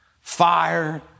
fire